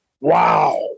Wow